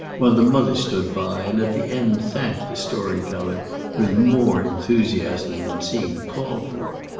while the mother stood by and at the end thanked the story-teller with more enthusiasm than seemed called for.